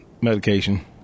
medication